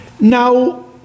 Now